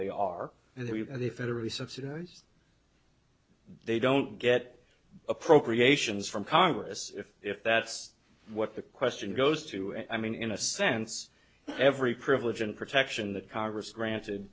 they are the federally subsidized they don't get appropriations from congress if that's what the question goes to and i mean in a sense every privilege and protection that congress granted